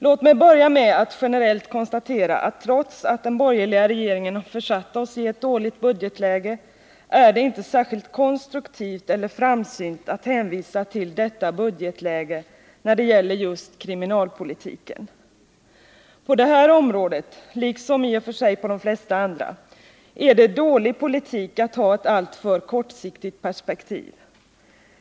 Låt mig börja med att generellt konstatera att trots att den borgerliga regeringen försatt oss i ett dåligt budgetläge är det då inte särskilt konstruktivt eller framsynt att hänvisa till detta budgetläge när det gäller just kriminalpolitiken. På det här området, liksom i och för sig på de flesta andra, är det dålig politik att ha ett alltför kortsiktigt perspektiv.